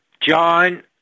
John